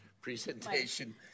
presentation